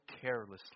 carelessly